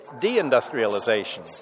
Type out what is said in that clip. de-industrialization